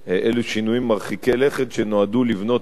אלה שינויים מרחיקי לכת שנועדו לבנות אמון